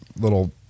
little